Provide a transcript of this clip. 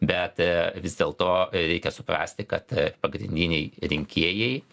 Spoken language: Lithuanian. bet vis dėlto reikia suprasti kad pagrindiniai rinkėjai